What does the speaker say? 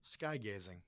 Skygazing